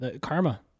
Karma